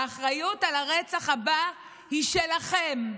האחריות על הרצח הבא היא שלכם.